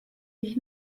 ich